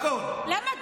הכול.